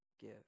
give